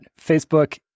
Facebook